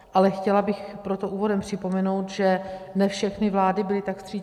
Ale chtěla bych proto úvodem připomenout, že ne všechny vlády byly tak vstřícné.